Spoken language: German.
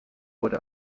wurde